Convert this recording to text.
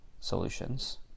solutions